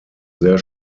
sehr